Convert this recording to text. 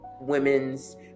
women's